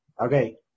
Okay